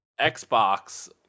Xbox